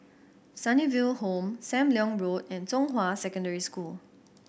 Sunnyville Home Sam Leong Road and Zhonghua Secondary School